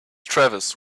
travis